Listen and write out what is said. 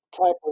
type